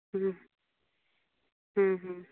ᱦᱮᱸ ᱦᱮᱸ ᱦᱮᱸ